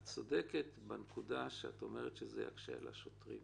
את צודקת כשאת אומרת שזה יקשה על השוטרים.